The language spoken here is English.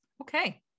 Okay